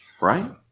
right